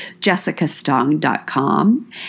jessicastong.com